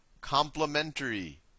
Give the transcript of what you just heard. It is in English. complementary